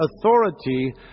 authority